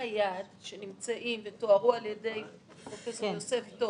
כתבי היד שנמצאים ותוארו על ידי פרופ' יוסף טובי,